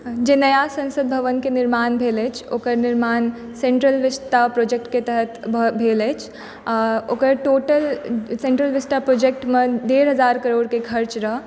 जे नया संसद भवन के निर्माण भेल अछि ओकर निर्माण सेन्ट्रल विस्ता प्रोजेक्टके तहत भेल अछि ओकर टोटल सेन्ट्रल विस्ता प्रोजेक्टमे डेढ़ हजार करोड़के खर्च रहऽ